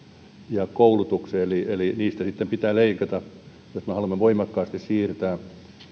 ja koulutukseen eli eli niistä sitten pitää leikata jos me haluamme voimakkaasti siirtää